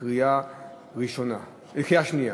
בקריאה שנייה.